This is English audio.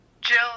Jill